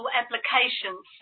applications